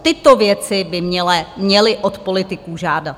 Tyto věci by měli od politiků žádat.